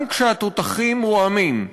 גם כשהתותחים רועמים,